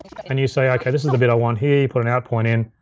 and you say, okay, this is the bit i want here, you put an out point in.